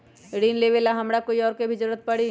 ऋन लेबेला हमरा कोई और के भी जरूरत परी?